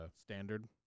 standard